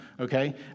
Okay